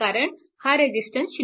कारण हा रेजिस्टन्स 0